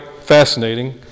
fascinating